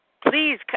Please